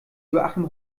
joachim